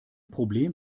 problem